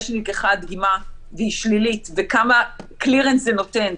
נלקחה הדגימה והיא שלילית וכמה קלירנס זה נותן,